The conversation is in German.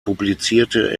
publizierte